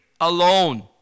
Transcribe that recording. alone